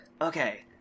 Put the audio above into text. okay